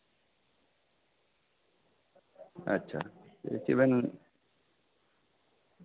ᱟᱪᱪᱷᱟ ᱪᱮᱫ ᱵᱮᱱ